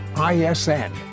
ISN